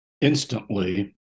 instantly